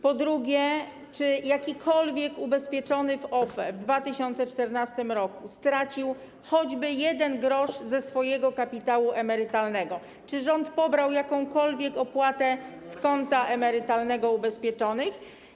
Po drugie, czy jakikolwiek ubezpieczony w OFE w 2014 r. stracił choćby 1 gr ze swojego kapitału emerytalnego, czy rząd pobrał jakąkolwiek opłatę z konta emerytalnego ubezpieczonych?